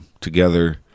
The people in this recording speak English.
together